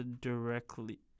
directly